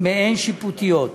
מעין שיפוטיות.